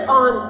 on